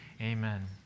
Amen